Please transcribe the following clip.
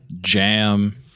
jam